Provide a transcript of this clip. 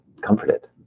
comforted